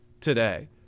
today